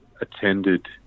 attended